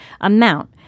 amount